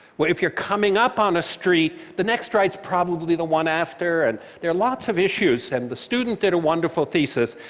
well, if you're coming up on a street, the next right's probably the one after, and there are lots of issues, and the student did a wonderful thesis,